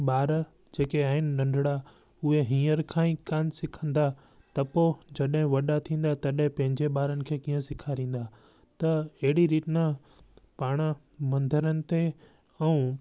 ॿार जेके आहिनि नंढिड़ा उहे हींअर खां ई कोन सिखंदा त पोइ जॾहिं वॾा थींदा तॾहिं पंहिंजे ॿारन खे कीअं सेखारींदा त अहिड़ी रीति न पाण मंदरुनि ते ऐं